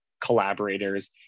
collaborators